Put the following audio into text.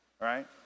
Right